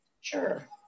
Sure